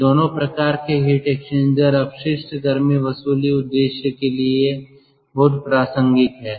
यह दोनों प्रकार के हीट एक्सचेंजर्स अपशिष्ट गर्मी वसूली उद्देश्यों के लिए बहुत प्रासंगिक हैं